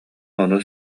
ону